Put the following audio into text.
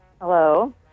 Hello